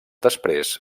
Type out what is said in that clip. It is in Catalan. després